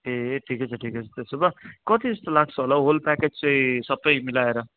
ए ठिकै छ ठिकै छ त्यसो भए कति जस्तो लाग्छ होला हौ होल प्याकेज चाहिँ सबै मिलाएर